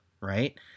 right